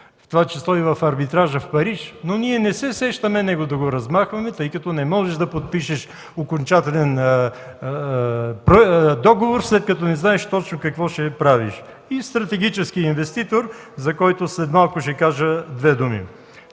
това число и в арбитража в Париж, но ние не се сещаме него да го размахваме, тъй като не можеш да подпишеш окончателен договор, след като не знаеш точно какво ще правиш. И стратегическият инвеститор, за който след малко ще кажа две думи.